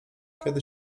kiedy